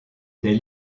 des